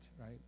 right